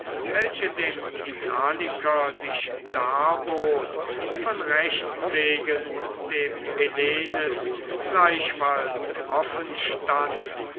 welche dem italiker sich darbot von rechts wegen dem hellenen gleichfalls offenstand